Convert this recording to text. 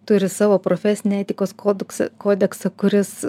turi savo profesinį etikos kodeksą kodeksą kuris